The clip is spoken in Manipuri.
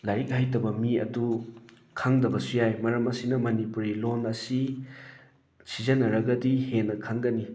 ꯂꯥꯏꯔꯤꯛ ꯍꯩꯇꯕ ꯃꯤ ꯑꯗꯨ ꯈꯪꯗꯕꯁꯨ ꯌꯥꯏ ꯃꯔꯝ ꯑꯁꯤꯅ ꯃꯅꯤꯄꯨꯔꯤ ꯂꯣꯟ ꯑꯁꯤ ꯁꯤꯖꯟꯅꯔꯒꯗꯤ ꯍꯦꯟꯅ ꯈꯪꯒꯅꯤ